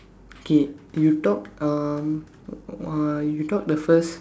K you talk um uh you talk the first